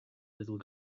little